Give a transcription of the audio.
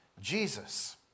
Jesus